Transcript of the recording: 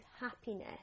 happiness